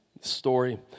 story